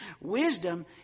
Wisdom